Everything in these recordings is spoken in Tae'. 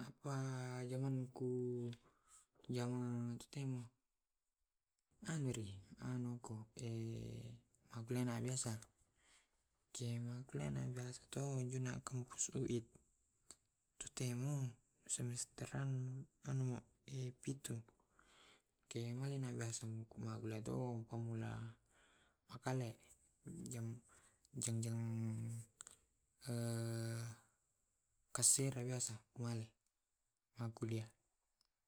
Apa jamangku yang aki temo amiri anu ku magelena biasa kemakulena biasa to juna poslo tuit tu temo sumesteran anuma pitu. Ke malena biasa ku magolai to pamula makale. Jang jang-jang kasira biasa tuma kuale makuliah.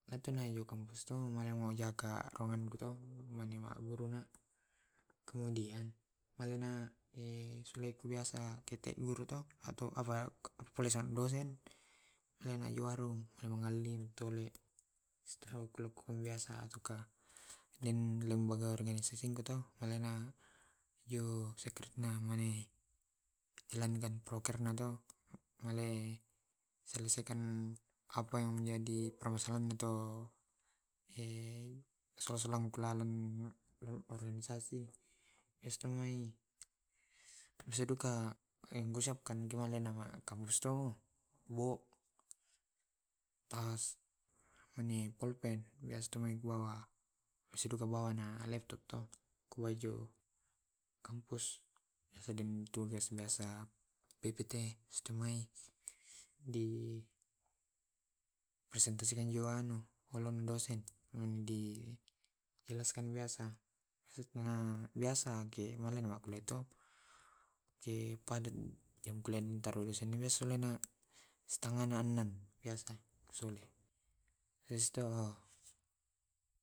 kampus to Mani ko jaka ruangan ku to mane maguruma. Kamudian malena suleku biasa kete guru to ato apa biasa dosen dosen jengmawarung ku ru ngali tole. Lembaga organisasingku to alena mesekeretna male jalankan prokerku to male selesaikan apa yang menjadi permasalahan untuk he solang solangku laleng organisasi setengai bisaduka angku syiapkan kamus to bo' tas, mani pulpen biasa dua mani siduka ku bawana laiat laptop to kaijo kampus biasa ppt sitemai di presentasikan jua nau olon dosen. dijelaskan ki biasa. Biasaki male ku maku laptop sulena setengah anan biasa sule abis to.